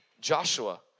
Joshua